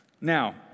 Now